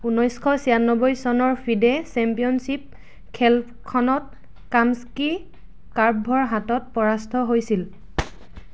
ঊনৈছশ ছয়ান্নব্বৈ চনৰ ফিডে চেম্পিয়নশ্বিপ খেলখনত কামস্কি কাৰ্প'ভৰ হাতত পৰাস্ত হৈছিল